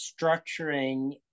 structuring